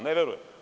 Ne verujem.